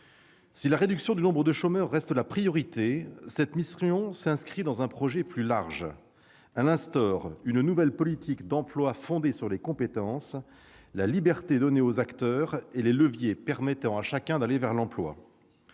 Si la réduction du nombre de chômeurs reste la priorité, cette mission s'inscrit dans un projet plus large. Elle instaure une nouvelle politique d'emploi fondée sur les compétences, la liberté donnée aux acteurs et les leviers permettant à chacun d'aller vers l'emploi.